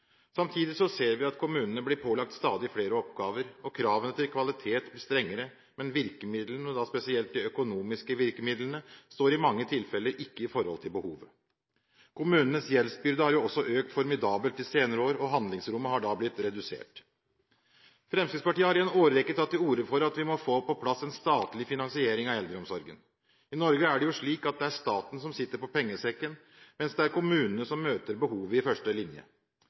Samtidig ser vi at kommunene blir pålagt stadig flere oppgaver, og kravene til kvalitet blir strengere, men virkemidlene, og da spesielt de økonomiske virkemidlene, står i mange tilfeller ikke i forhold til behovet. Kommunenes gjeldsbyrde har jo også økt formidabelt de senere år, og handlingsrommet har da blitt redusert. Fremskrittspartiet har i en årrekke tatt til orde for at vi må få på plass en statlig finansiering av eldreomsorgen. I Norge er det jo slik at det er staten som sitter på pengesekken, mens det er kommunene som møter behovet i første linje.